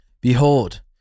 behold